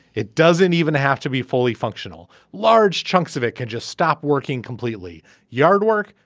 it doesn't even have to be fully functional. large chunks of it can just stop working completely yardwork.